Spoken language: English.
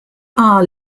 are